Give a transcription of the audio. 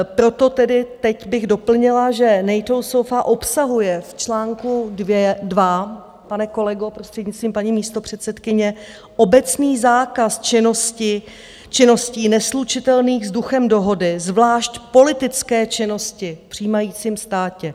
Proto tedy teď bych doplnila, že NATO SOFA obsahuje v článku 2 pane kolego, prostřednictvím paní místopředsedkyně obecný zákaz činností neslučitelných s duchem dohody, zvlášť politické činnosti v přijímajícím státě.